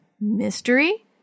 Mystery